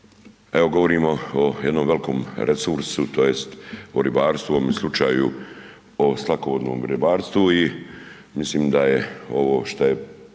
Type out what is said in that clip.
Evo govorimo o jednom velikom resursu, tj. o ribarstvu, u ovome slučaju slatkovodnom ribarstvu i mislim da je ovo šta je